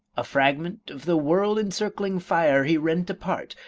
a fragment of the world-encircling fire he rent apart,